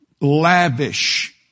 lavish